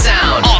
Sound